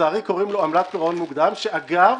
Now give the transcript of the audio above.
שלצערי קוראים לו "עמלת פירעון מוקדם", שאגב